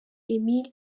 emile